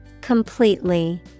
Completely